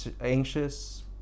anxious